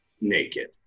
naked